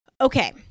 Okay